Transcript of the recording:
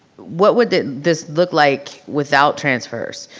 what would this look like without transfers?